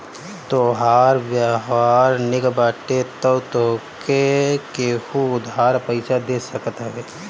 तोहार व्यवहार निक बाटे तअ तोहके केहु उधार पईसा दे सकत हवे